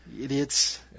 idiots